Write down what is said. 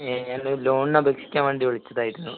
ഞാൻ ഒരു ലോണിന് അപേക്ഷിക്കാൻ വേണ്ടി വിളിച്ചതായിരുന്നു